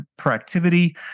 proactivity